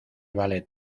vale